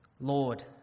Lord